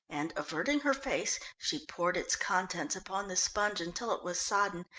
and averting her face, she poured its contents upon the sponge until it was sodden,